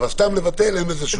אבל סתם לבטל אין בזה שום עניין.